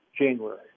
January